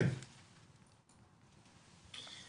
בוקר טוב.